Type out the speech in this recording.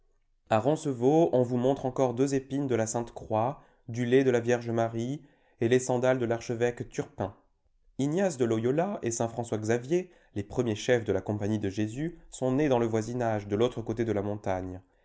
a roncevaux on vous montre encore deux épines de la sainte croix du lait de la vierge marie et les sandales de l'archevêque turpin ignace de loyola et saint françois xavier les premiers chefs de la compagnie de jésus sont nés dans le voisinage de l'autre côté de la montagne